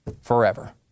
forever